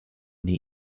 the